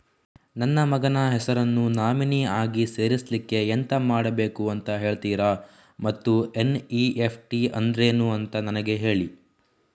ನನ್ನ ಮಗನ ಹೆಸರನ್ನು ನಾಮಿನಿ ಆಗಿ ಸೇರಿಸ್ಲಿಕ್ಕೆ ಎಂತ ಮಾಡಬೇಕು ಅಂತ ಹೇಳ್ತೀರಾ ಮತ್ತು ಎನ್.ಇ.ಎಫ್.ಟಿ ಅಂದ್ರೇನು ಅಂತ ನನಗೆ ಹೇಳಿ